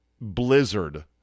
blizzard